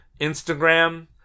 Instagram